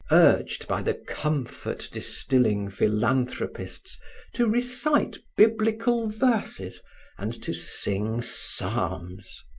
urged by the comfort-distilling philanthropists to recite biblical verses and to sing psalms.